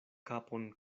kapon